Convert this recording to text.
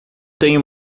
tenho